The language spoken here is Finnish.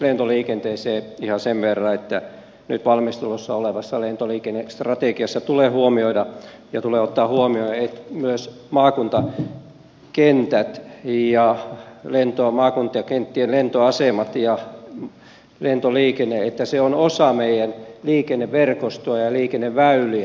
lentoliikenteeseen ihan sen verran että nyt valmistelussa olevassa lentoliikennestrategiassa tulee huomioida ja ottaa huomioon myös maakuntakentät ja maakuntakenttien lentoasemat ja lentoliikenne että se on osa meidän liikenneverkostoa ja liikenneväyliä